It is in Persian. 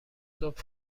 صبح